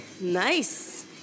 Nice